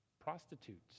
prostitutes